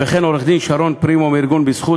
וכן לעו"ד שרון פרימור מארגון "בזכות",